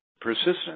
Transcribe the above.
persistent